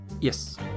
yes